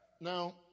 Now